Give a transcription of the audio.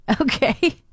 Okay